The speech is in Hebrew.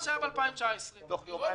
שהיה ב-2019 -- תוך יומיים הם יכולים לעשות.